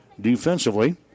defensively